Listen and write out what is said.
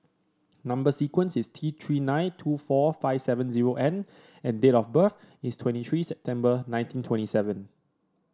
number sequence is T Three nine two four five seven zero N and date of birth is twenty three September nineteen twenty seven